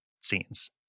scenes